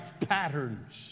patterns